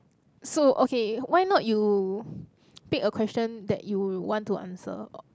so okay why not you pick a question that you want to answer